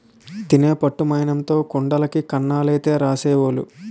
తేనె పట్టు మైనంతో కుండలకి కన్నాలైతే రాసేవోలు